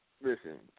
listen